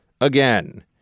again